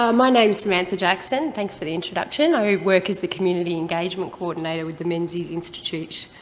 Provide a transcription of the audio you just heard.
um my name's samantha jackson, thanks for the introduction. i work as the community engagement coordinator with the menzies institute.